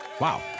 Wow